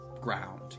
ground